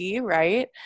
right